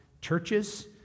churches